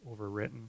overwritten